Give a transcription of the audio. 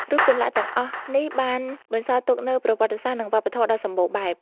រូបចម្លាក់ទាំងអស់នេះបានបន្សល់ទុកនូវប្រវត្តិសាស្ត្រ និងវប្បធម៌ដ៏សម្បូរបែប។